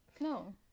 No